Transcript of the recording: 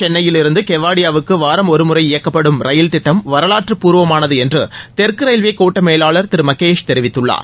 சென்னையிலிருந்து கெவாடியாவுக்கு வாரம் ஒருமுறை இயக்கப்படும் ரயில் திட்டம் வரலாற்ற பூர்வமானது என்று தெற்கு ரயில்வே கோட்ட மேவாளர் திரு மகேஷ் தெரிவித்துள்ளார்